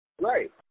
Right